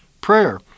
prayer